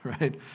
right